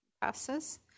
Passes